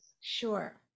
Sure